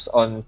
on